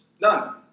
None